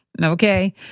Okay